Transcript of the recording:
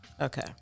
okay